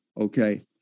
Okay